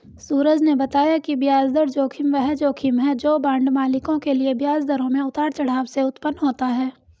सूरज ने बताया कि ब्याज दर जोखिम वह जोखिम है जो बांड मालिकों के लिए ब्याज दरों में उतार चढ़ाव से उत्पन्न होता है